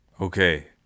Okay